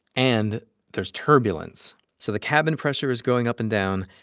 and there's turbulence, so the cabin pressure is going up and down.